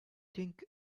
think